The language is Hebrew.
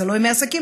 זה לא ימי עסקים,